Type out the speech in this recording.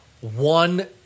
one